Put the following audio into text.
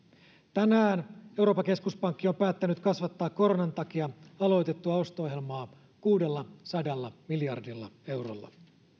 tänään euroopan keskuspankki on päättänyt kasvattaa koronan takia aloitettua osto ohjelmaa kuudellasadalla miljardilla eurolla